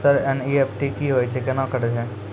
Sir NEFT की होय छै, केना करे छै?